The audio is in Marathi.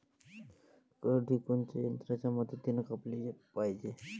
करडी कोनच्या यंत्राच्या मदतीनं कापाले पायजे?